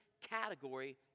category